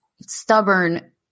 stubborn